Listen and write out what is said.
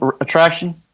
attraction